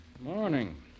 Morning